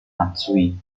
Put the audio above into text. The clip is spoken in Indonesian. matsui